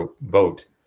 vote